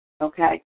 okay